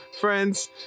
friends